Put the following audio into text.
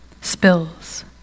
spills